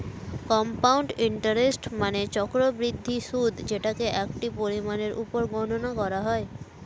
compound interest মানে চক্রবৃদ্ধি সুদ যেটাকে একটি পরিমাণের উপর গণনা করা হয়